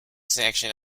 section